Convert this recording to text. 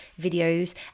videos